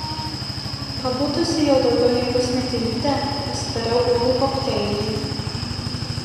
pabudusi jau daugiau nei pusmetį ryte pasidarau uogų kokteilį